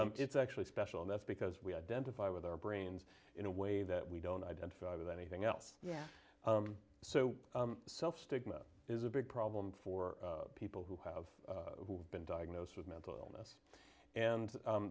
it's actually special that's because we identify with our brains in a way that we don't identify with anything else yeah so self stigma is a big problem for people who have been diagnosed with mental illness and